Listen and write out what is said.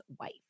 wife